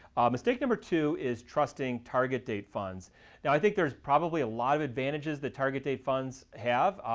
mistake number two is trusting target date funds. now i think there's probably a lot of advantages that target date funds have.